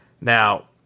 Now